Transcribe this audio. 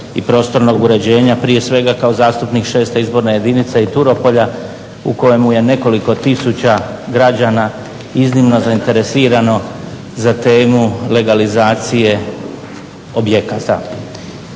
i prostornog uređenja, prije svega kao zastupnik 6.izborne jedinice i Turopolja u kojemu je nekoliko tisuća građana iznimno zainteresirano za temu legalizacije objekata.